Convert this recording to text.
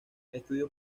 estudió